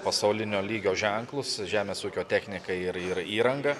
pasaulinio lygio ženklus žemės ūkio techniką ir ir įrangą